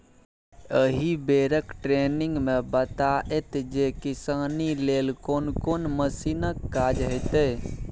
एहि बेरक टिरेनिंग मे बताएत जे किसानी लेल कोन कोन मशीनक काज हेतै